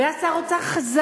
הוא היה שר אוצר חזק,